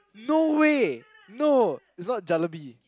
no way no it's not jalebi